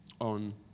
on